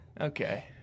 Okay